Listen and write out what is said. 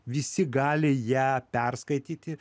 visi gali ją perskaityti